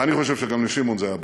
ואני חושב שגם לשמעון זה היה ברור,